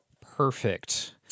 Perfect